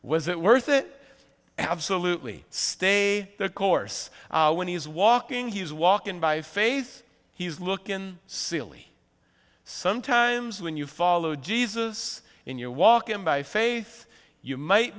was it worth it absolutely stay the course when he's walking he's walking by faith he's looking silly sometimes when you follow jesus in you're walking by faith you might